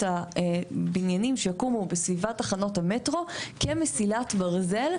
הבניינים שיקומו בסביבת תחנות המטרו כמסילת ברזל,